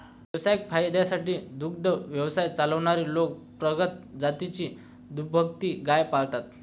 व्यावसायिक फायद्यासाठी दुग्ध व्यवसाय चालवणारे लोक प्रगत जातीची दुभती गाय पाळतात